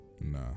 No